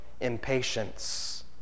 impatience